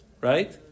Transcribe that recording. right